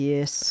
Yes